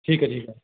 ਠੀਕ ਹੈ ਠੀਕ ਹੈ